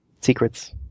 Secrets